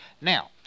Now